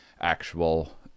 actual